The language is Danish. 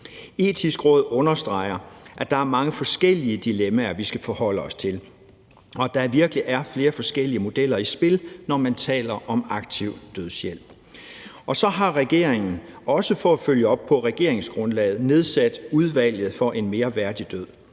Etiske Råd understreger, at der er mange forskellige dilemmaer, vi skal forholde os til, og at der virkelig er flere forskellige modeller i spil, når man taler om aktiv dødshjælp. Så har regeringen, også for at følge op på regeringsgrundlaget, nedsat Udvalget for en mere værdig død.